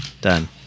Done